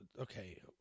Okay